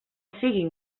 siguin